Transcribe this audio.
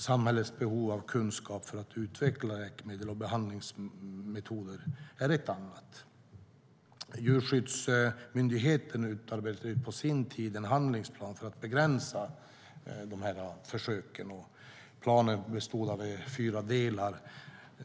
Samhällets behov av kunskap för att utveckla läkemedel och behandlingsmetoder är ett annat. Djurskyddsmyndigheten utarbetade på sin tid en handlingsplan för att begränsa försöken. Planen bestod av fyra delar.